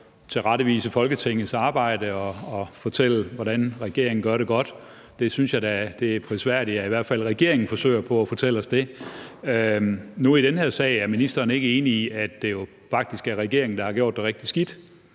tilrettevise Folketinget for sit arbejde og fortælle, hvordan regeringen gør det godt. Det synes jeg da er prisværdigt at i hvert fald regeringen forsøger på at fortælle os. I forhold til den her sag vil jeg spørge om noget: Er ministeren ikke enig i, at det jo faktisk er regeringen, der har gjort det rigtig skidt?